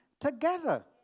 together